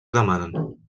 demanen